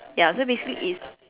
ya so basically it's